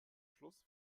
schluss